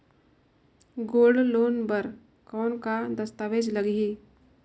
Gold loan बर कौन का दस्तावेज लगही?